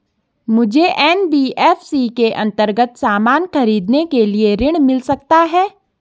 मुझे एन.बी.एफ.सी के अन्तर्गत सामान खरीदने के लिए ऋण मिल सकता है?